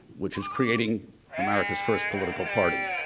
which is creating america's first political party.